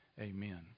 Amen